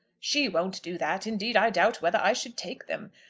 she won't do that. indeed, i doubt whether i should take them.